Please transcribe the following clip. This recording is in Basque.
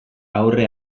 aurre